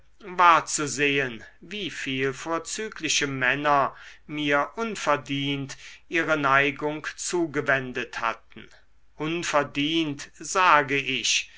war zu sehen wieviel vorzügliche männer mir unverdient ihre neigung zugewendet hatten unverdient sage ich